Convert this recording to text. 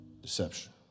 deception